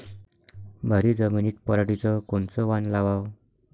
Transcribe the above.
भारी जमिनीत पराटीचं कोनचं वान लावाव?